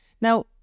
Now